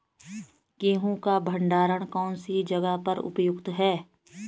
गेहूँ का भंडारण कौन सी जगह पर उपयुक्त है?